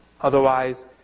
Otherwise